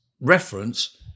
reference